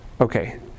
Okay